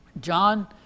John